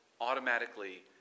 automatically